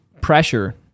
pressure